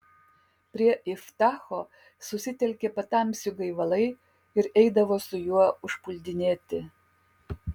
prie iftacho susitelkė patamsių gaivalai ir eidavo su juo užpuldinėti